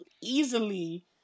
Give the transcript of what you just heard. easily